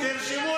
כבר שמענו,